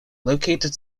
located